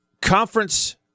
conference